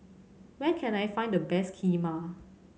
where can I find the best Kheema